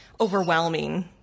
overwhelming